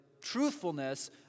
truthfulness